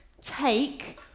take